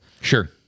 sure